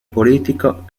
politico